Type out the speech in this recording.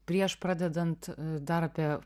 prieš pradedant dar apie